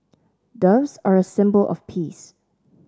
doves are a symbol of peace